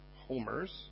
homers